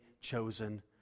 chosen